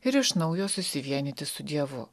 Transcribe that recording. ir iš naujo susivienyti su dievu